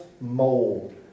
mold